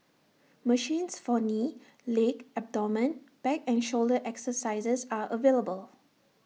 machines for knee leg abdomen back and shoulder exercises are available